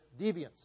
deviance